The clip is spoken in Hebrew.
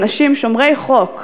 אנשים שומרי חוק.